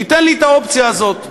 שייתן לי את האופציה הזאת.